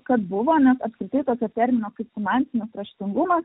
kad buvo nes apskritai tokio termino kaip finansinis raštingumas